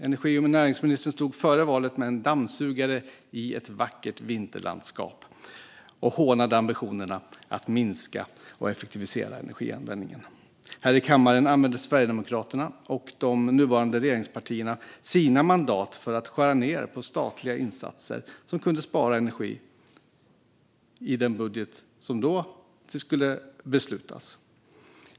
Energi och näringsministern stod före valet med en dammsugare i ett vackert vinterlandskap och hånade ambitionen att minska och effektivisera energianvändningen. Här i kammaren använde Sverigedemokraterna och de nuvarande regeringspartierna sina mandat för att skära ned på statliga insatser som kunde spara energi i den budget som då skulle beslutas.